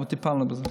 אבל טיפלנו בזה.